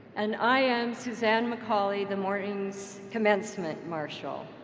and i am suzanne macaulay, the morning's commencement marshal.